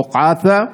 בוקעאתא,